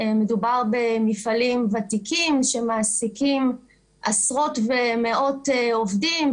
מדובר במפעלים ותיקים שמעסיקים עשרות ומאות עובדים,